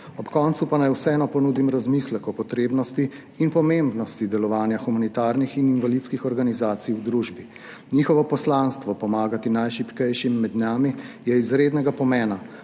Ob koncu pa naj vseeno ponudim razmislek o potrebnosti in pomembnosti delovanja humanitarnih in invalidskih organizacij v družbi. Njihovo poslanstvo pomagati najšibkejšim med nami je izrednega pomena,